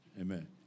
Amen